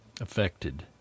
affected